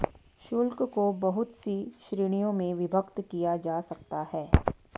शुल्क को बहुत सी श्रीणियों में विभक्त किया जा सकता है